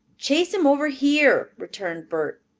chase him over here, returned bert.